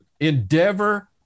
endeavor